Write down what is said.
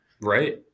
Right